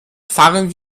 fahren